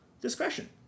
Discretion